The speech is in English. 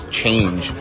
change